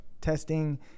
testing